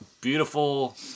beautiful